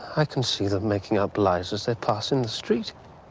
i can see them making up lies as they pass in the street.